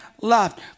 loved